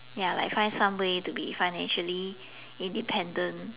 ya like find some way to be financially independent